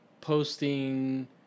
posting